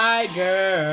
Tiger